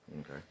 Okay